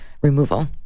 removal